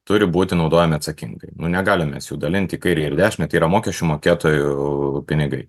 turi būti naudojami atsakingai nu negalim mes jų dalint į kairę ir į dešinę tai yra mokesčių mokėtojų pinigai